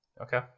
Okay